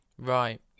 Right